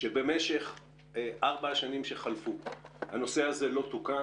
שבמשך ארבע השנים שחלפו הנושא הזה לא תוקן.